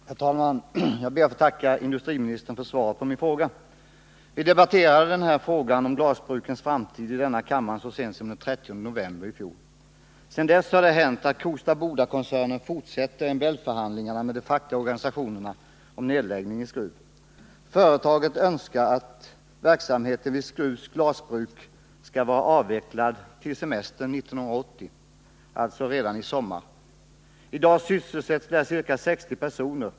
Herr talman! Jag ber att få tacka industriministern för svaret på min fråga. Vi debatterade frågan om glasbrukens framtid i denna kammare så sent som den 30 november i fjol. Sedan dess har det hänt att Kosta Bodakoncernen fortsätter MBL-förhandlingarna med de fackliga organisationerna om nedläggning i Skruf. Företaget önskar att verksamheten vid Skrufs glasbruk skall vara avvecklad till semestern 1980, alltså redan i sommar. I dag sysselsätts där ca 60 personer.